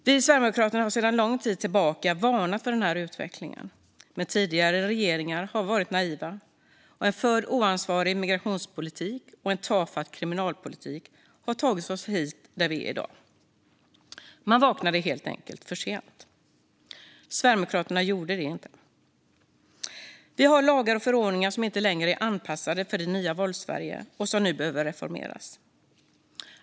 Vi i Sverigedemokraterna har under lång tid varnat för den här utvecklingen, men tidigare regeringar har varit naiva. En oansvarig migrationspolitik och en tafatt kriminalpolitik har tagit oss hit där vi är i dag. Man vaknade helt enkelt för sent, vilket dock inte gäller Sverigedemokraterna. Sverige har lagar och förordningar som inte är anpassade för det nya Våldssverige och som nu behöver reformeras.